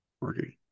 working